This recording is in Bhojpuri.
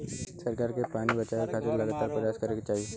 सरकार के भी पानी बचावे खातिर लगातार परयास करे के चाही